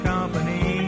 Company